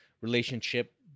relationship